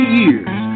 years